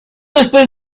después